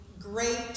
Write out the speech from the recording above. great